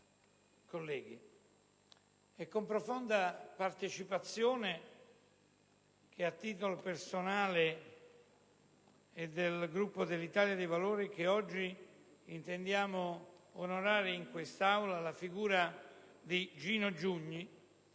colleghi, è con profonda partecipazione, a titolo personale e del Gruppo dell'Italia dei Valori, che oggi intendiamo onorare in quest'Aula la figura di Gino Giugni,